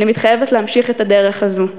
אני מתחייבת להמשיך את הדרך הזו בנאמנות,